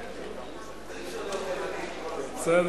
לא,